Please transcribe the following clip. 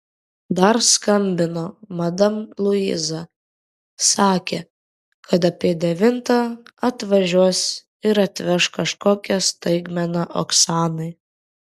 dar skambino madam luiza sakė kad apie devintą atvažiuos ir atveš kažkokią staigmeną oksanai